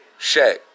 Shaq